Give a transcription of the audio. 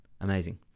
Amazing